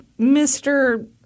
Mr